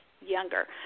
younger